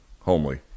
homely